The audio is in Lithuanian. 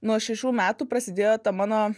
nuo šešių metų prasidėjo ta mano